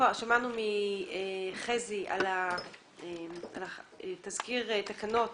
שמענו מחזי ליפשיץ על תזכיר תקנות